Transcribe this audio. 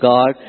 God